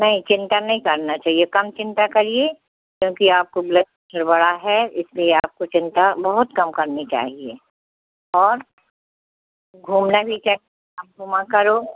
नहीं चिन्ता नहीं करना चाहिए कम चिन्ता करिए क्योंकि आपको ब्लड है इसलिए आपको चिन्ता बहुत कम करनी चाहिए और घूमने भी किया घूमा करो